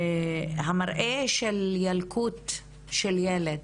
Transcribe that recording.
המראה של ילקוט של ילד,